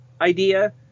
idea